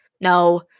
no